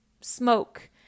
smoke